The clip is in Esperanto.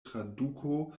traduko